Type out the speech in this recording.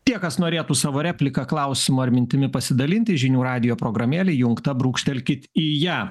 tie kas norėtų savo repliką klausimą ar mintimi pasidalinti žinių radijo programėlė įjungta brūkštelkit į ją